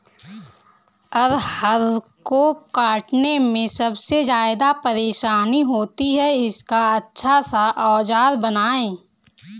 अरहर को काटने में सबसे ज्यादा परेशानी होती है इसका अच्छा सा औजार बताएं?